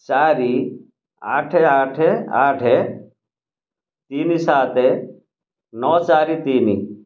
ଚାରି ଆଠ ଆଠ ଆଠ ତିନି ସାତ ନଅ ଚାରି ତିନି